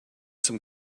some